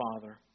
Father